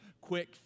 quick